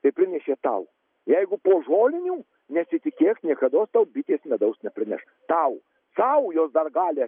tai prinešė tau jeigu po žolinių nesitikėk niekados tau bitės medaus nepraneš tau sau jos dar gali